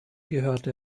gehörte